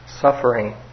suffering